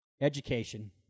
education